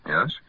Yes